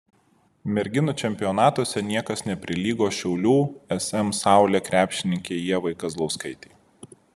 merginų čempionatuose niekas neprilygo šiaulių sm saulė krepšininkei ievai kazlauskaitei